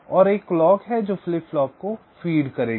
और एक क्लॉक है जो फ्लिप फ्लॉप को फीड करेगी